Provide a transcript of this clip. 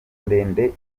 ndende